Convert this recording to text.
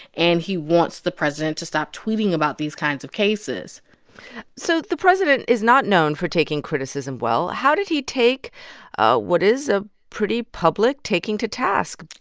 and he wants the president to stop tweeting about these kinds of cases so the president is not known for taking criticism well. how did he take what is a pretty public taking to task?